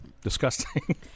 disgusting